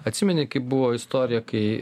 atsimeni kaip buvo istorija kai